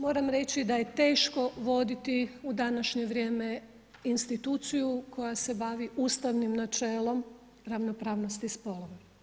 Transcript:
Moram reći da je teško voditi u današnje vrijeme instituciju koja se bavi ustavnim načelom ravnopravnosti spolova.